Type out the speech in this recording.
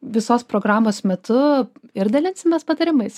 visos programos metu ir dalinsimės patarimais